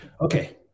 Okay